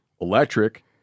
electric